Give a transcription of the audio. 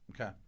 Okay